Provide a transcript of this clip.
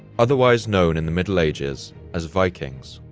otherwise known in the middle ages as vikings.